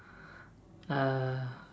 uh